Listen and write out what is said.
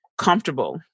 comfortable